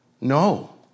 No